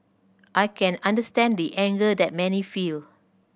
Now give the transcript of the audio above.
I can understand the anger that many feel